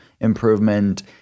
improvement